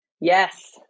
Yes